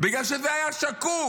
בגלל שזה היה שקוף